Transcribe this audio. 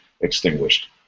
Extinguished